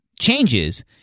changes